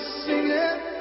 singing